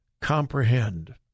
comprehend